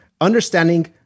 understanding